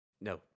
No